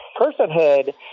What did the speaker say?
personhood